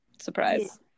Surprise